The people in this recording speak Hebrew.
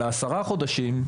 אלא עשרה חודשים,